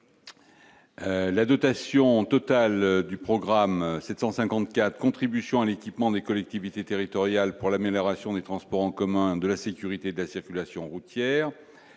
la dotation totale du programme 754 contribution à l'équipement des collectivités territoriales pour l'amélioration des transports en commun de la sécurité de la circulation routière